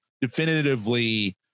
definitively